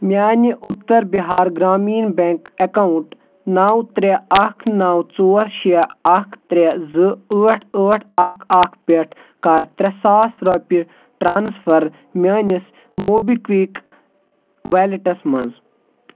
میٛانہِ Uttar Bihar Gramin bank account نَو ترٛےٚ اَکھ نَو ژور شےٚ اَکھ ترٛےٚ زٕ ٲٹھ ٲٹھ اَکھ اَکھ پٮ۪ٹھٕ کَر ترٛےٚ ساس رۄپیہِ ٹرٛانٕسفر میٛٲنِس موبی کُوِک ویلیٹَس مَنٛز